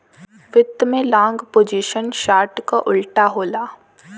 वित्त में long position short क उल्टा होला